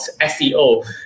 SEO